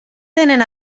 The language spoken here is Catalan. tenen